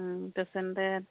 পেচেন্টে